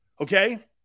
okay